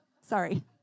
sorry